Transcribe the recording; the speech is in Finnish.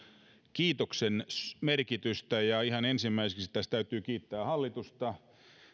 kiitoksen merkitystä ihan ensimmäiseksi tässä täytyy kiittää hallitusta